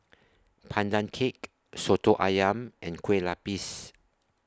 Pandan Cake Soto Ayam and Kue Lupis